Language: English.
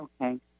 okay